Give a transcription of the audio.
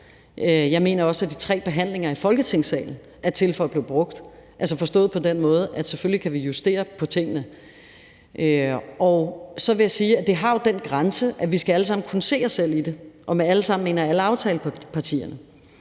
Jeg mener også, at de tre behandlinger i Folketingssalen er til for at blive brugt, forstået på den måde, at selvfølgelig kan vi justere på tingene. Og så vil jeg sige, at der jo er den grænse, at vi alle sammen skal kunne se os selv i det – og med »alle sammen« mener jeg alle aftalepartierne